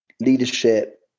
leadership